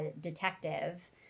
detective